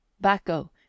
bacco